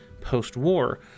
post-war